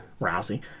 Rousey